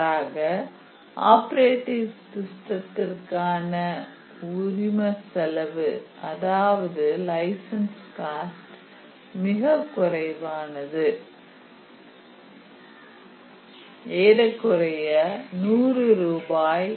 மாறாக ஆப்பரேட்டிங் சிஸ்டத்திற்கான உரிம செலவு அதாவது லைசென்ஸ் காஸ்ட் மிக குறைவானது ஏறக்குறைய 100 ரூபாய்